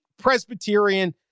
Presbyterian